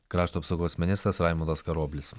krašto apsaugos ministras raimundas karoblis